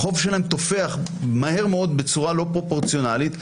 החוב שלהם תופח מהר מאוד בצורה לא פרופורציונלית,